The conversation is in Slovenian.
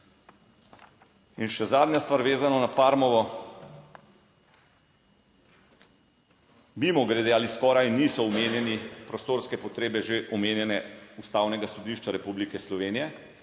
In še zadnja stvar, vezano na Parmovo. Mimogrede, ali skoraj niso omenjeni prostorske potrebe že omenjene Ustavnega sodišča Republike Slovenije,